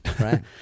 Right